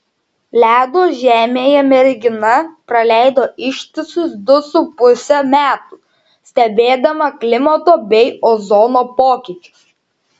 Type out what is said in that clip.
ledo žemėje mergina praleido ištisus du su puse metų stebėdama klimato bei ozono pokyčius